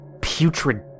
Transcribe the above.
putrid